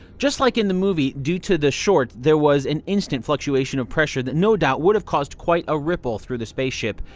just like in the movie, due to the short there was an instant fluctuation of pressure that no doubt would've caused quite a ripple through the spaceship.